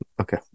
Okay